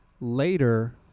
later